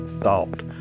thought